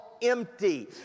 empty